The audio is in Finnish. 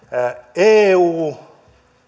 eu